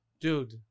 Dude